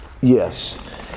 yes